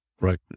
Right